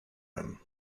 him